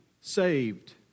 saved